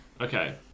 Okay